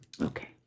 Okay